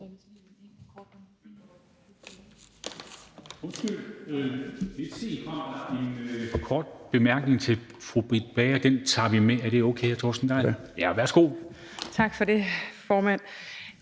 Tak for det, formand.